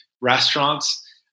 restaurants